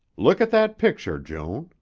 look at that picture, joan.